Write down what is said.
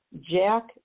Jack